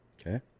okay